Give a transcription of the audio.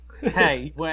Hey